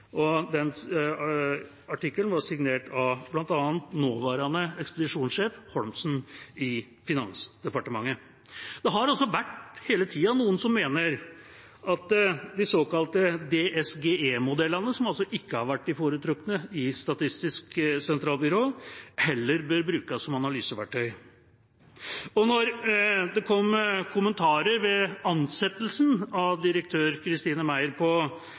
Artikkelen var signert av bl.a. nåværende ekspedisjonssjef Holmsen i Finansdepartementet. Det har altså hele tida vært noen som mener at de såkalte DSGE-modellene, som altså ikke har vært de foretrukne i Statistisk sentralbyrå, heller bør brukes som analyseverktøy. Og da det kom kommentarer ved ansettelsen av direktør Christine Meyer